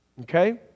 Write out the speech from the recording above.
Okay